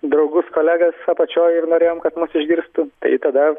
draugus kolegas apačioj ir norėjom kad mus išgirstų tada